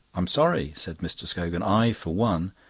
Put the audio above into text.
i'm sorry, said mr. scogan. i for one,